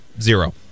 Zero